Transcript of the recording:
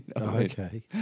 Okay